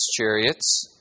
chariots